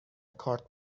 کارت